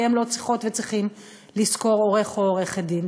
כי הם לא צריכות וצריכים לשכור עורך או עורכת דין.